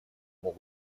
могут